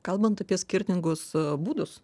kalbant apie skirtingus būdus